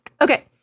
Okay